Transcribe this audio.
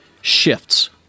shifts